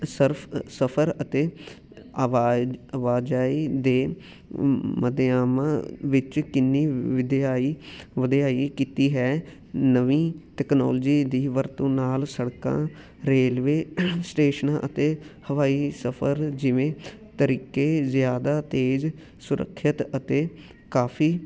Surf ਸਫਰ ਅਤੇ ਆਵਾ ਆਵਾਜਾਈ ਦੇ ਮਾਧਿਅਮਾਂ ਵਿੱਚ ਕਿੰਨੀ ਵਿਦਿਆਈ ਵਿਦਿਆਈ ਕੀਤੀ ਹੈ ਨਵੀਂ ਤਕਨੋਲਜੀ ਦੀ ਵਰਤੋਂ ਨਾਲ ਸੜਕਾਂ ਰੇਲਵੇ ਸਟੇਸ਼ਨਾਂ ਅਤੇ ਹਵਾਈ ਸਫਰ ਜਿਵੇਂ ਤਰੀਕੇ ਜ਼ਿਆਦਾ ਤੇਜ਼ ਸੁਰੱਖਿਅਤ ਅਤੇ ਕਾਫੀ